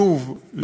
שוב,